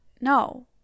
no